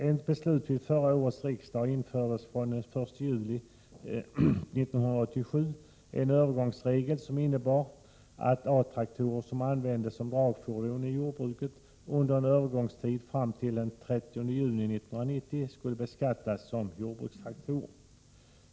Enligt beslut vid förra årets riksdag infördes från den 1 juli 1987 en övergångsregel som innebar att A-traktorer, som användes som dragfordon i jordbruket, under en övergångstid t.o.m. den 30 juni 1990 skulle beskattas som jordbrukstraktorer.